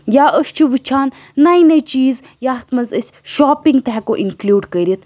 یا أسۍ چھِ وُچھان نٔے نٔے چیٖز یَتھ منٛز أسۍ شاپِنٛگ تہِ ہیٚکو اِنکٕلوٗڈ کٔرِتھ